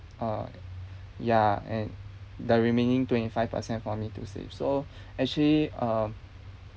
uh ya and the remaining twenty five percent for me to save so actually um